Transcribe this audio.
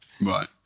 Right